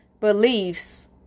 beliefs